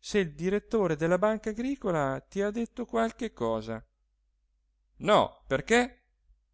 se il direttore della banca agricola ti ha detto qualche cosa no perché